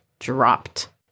dropped